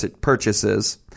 purchases